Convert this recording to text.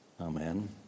amen